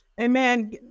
Amen